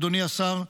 אדוני השר,